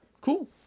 Cool